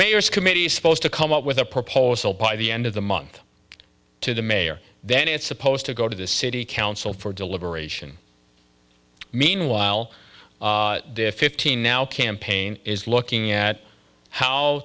mayor's committee supposed to come up with a proposal by the end of the month to the mayor then it's supposed to go to the city council for deliberation meanwhile to fifteen now campaign is looking at how